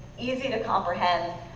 easy to comprehend.